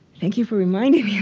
thank you for reminding me